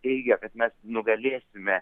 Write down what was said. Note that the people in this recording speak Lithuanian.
teigė kad mes nugalėsime